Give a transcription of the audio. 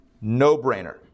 No-brainer